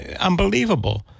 unbelievable